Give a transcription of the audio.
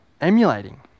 emulating